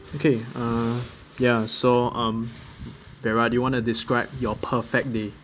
okay uh ya so um vera do you want to describe your perfect day